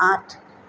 আঠ